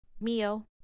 Mio